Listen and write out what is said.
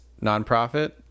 nonprofit